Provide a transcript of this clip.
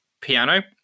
piano